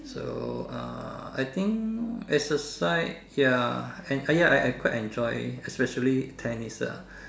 so uh I think exercise ya and ya I quite enjoy especially tennis ah